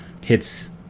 Hits